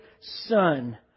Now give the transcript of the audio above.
son